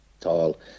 tall